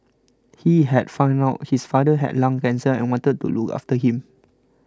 he had found out his father had lung cancer and wanted to look after him